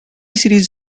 series